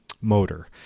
motor